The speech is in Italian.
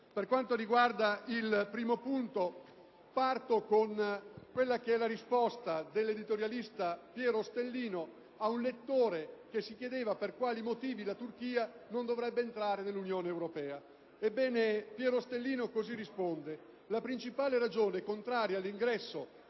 Per quanto riguarda il primo punto, parto con la risposta dell'editorialista Piero Ostellino a un lettore che chiedeva per quali motivi la Turchia non dovrebbe entrare nell'Unione europea. Piero Ostellino risponde che la principale ragione contraria all'ingresso